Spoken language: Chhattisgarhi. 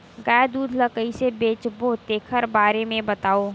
गाय दूध ल कइसे बेचबो तेखर बारे में बताओ?